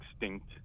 extinct